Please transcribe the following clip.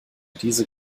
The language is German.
diese